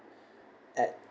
at